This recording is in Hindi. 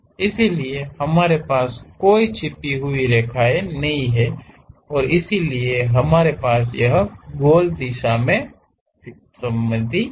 इसलिए हमारे पास कोई छिपी हुई रेखाएं नहीं हैं और इसलिए हमारे पास यह गोल दिशा में सममित हैं